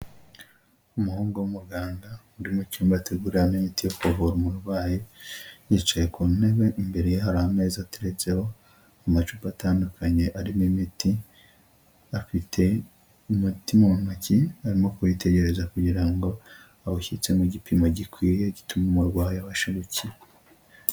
Umuhungu w'umuganga uri mu cyumba ateguriramo imiti yo kuvura umurwayi, yicaye ku ntebe imbere ye hari ameza ateretseho amacupa atandukanye arimo imiti, afite umuti mu ntoki arimo kuwitegereza kugira ngo awushyitse mu gipimo gikwiye gituma umurwayi abasha gukira.